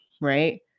right